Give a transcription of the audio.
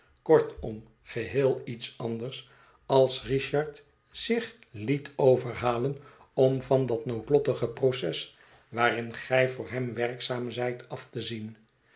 kortom geheel iets anders als richard zich liet overhalen om van dat noodlottige proces waarin gij voor hem werkzaam zijt af te zien